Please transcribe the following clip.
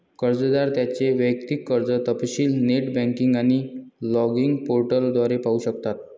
कर्जदार त्यांचे वैयक्तिक कर्ज तपशील नेट बँकिंग आणि लॉगिन पोर्टल द्वारे पाहू शकतात